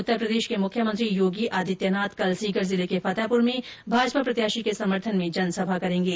उत्तर प्रदेश के मुख्यमंत्री योगी आदित्यनाथ कल सीकर जिले के फतेहपुर में भाजपा प्रत्याशी के समर्थन में जनसभा करेगे